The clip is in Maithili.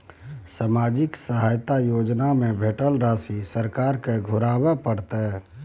सामाजिक सहायता योजना में भेटल राशि सरकार के घुराबै परतै?